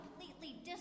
completely